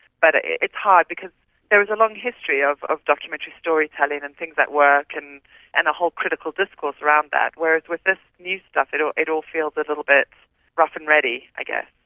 but it's hard because there is a long history of of documentary storytelling and things that work and and a whole critical discourse around that, whereas with this new stuff it all it all feels a little bit rough and ready i guess.